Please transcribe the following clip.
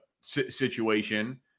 situation